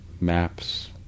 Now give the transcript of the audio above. maps